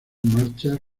marchas